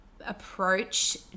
approach